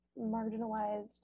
marginalized